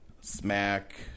Smack